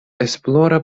esplora